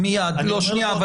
אני אומר עוד פעם,